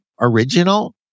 original